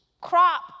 crop